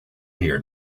here